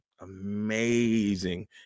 amazing